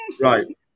Right